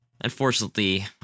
Unfortunately